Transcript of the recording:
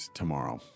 tomorrow